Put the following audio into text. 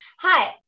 Hi